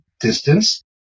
distance